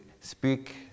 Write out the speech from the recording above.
speak